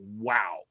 wow